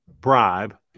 bribe